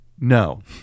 no